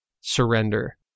surrender